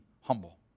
humble